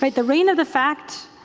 but the reign of the fact